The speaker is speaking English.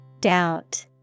Doubt